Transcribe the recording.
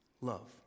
love